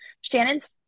shannon's